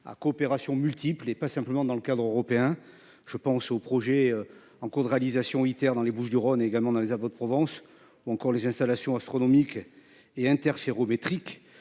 ah coopération multiples et pas simplement dans le cadre européen, je pense aux projets en cours de réalisation militaires dans les Bouches-du-Rhône, également dans les Alpes Provence ou encore les installations astronomiques et inter-Chéreau métrique